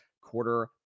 quarter